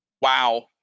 Wow